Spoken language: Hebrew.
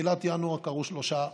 בתחילת ינואר קרו שלושה דברים,